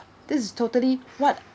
this totally what